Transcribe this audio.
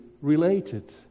related